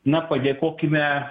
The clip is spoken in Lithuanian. na padėkokime